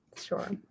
Sure